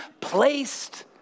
placed